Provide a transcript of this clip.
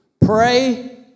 pray